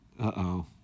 Uh-oh